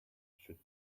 should